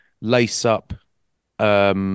lace-up